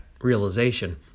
realization